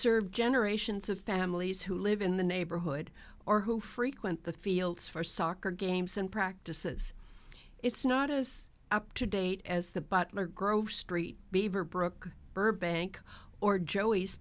served generations of families who live in the neighborhood or who frequent the fields for soccer games and practices it's not as up to date as the butler grove street beaverbrook burbank or joey's